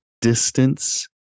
distance